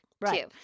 right